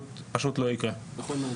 סימון,